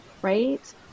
Right